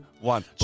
one